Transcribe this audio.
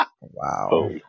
Wow